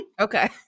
Okay